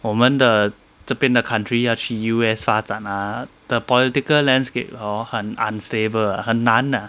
我们的这边的 country 要去 U_S 发展 ah the political landscape hor 很 unstable ah 很难 ah